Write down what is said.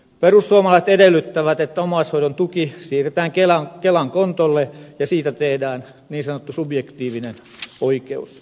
perussuomalaiset edellyttävät että omaishoidon tuki siirretään kelan kontolle ja siitä tehdään niin sanottu subjektiivinen oikeus